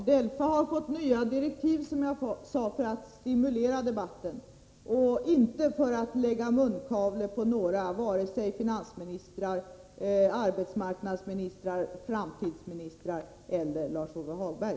Herr talman! Som jag sade har DELFA fått nya direktiv för att stimulera debatten — inte för att sätta munkavle på några, vare sig finansministrar, arbetsmarknadsministrar, framtidsministrar eller Lars-Ove Hagberg.